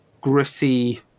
gritty